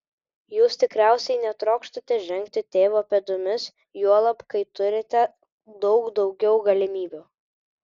jūs tikriausiai netrokštate žengti tėvo pėdomis juolab kai turite daug daugiau galimybių